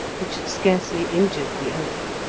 which had scarcely injured the oak.